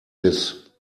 this